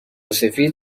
سفید